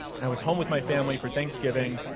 i was home with my family for thanksgiving,